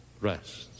rests